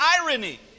irony